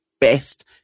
best